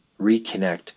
reconnect